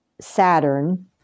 Saturn